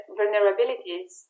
vulnerabilities